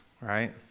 right